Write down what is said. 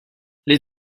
les